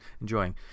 enjoying